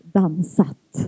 dansat